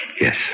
Yes